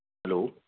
hello